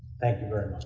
thank you very